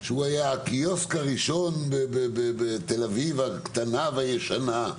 שהוא היה הקיוסק הראשון בתל אביב הקטנה והישנה.